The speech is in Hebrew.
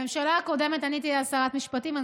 הממשלה הקודמת, אני הייתי אז שרת המשפטים, נכון.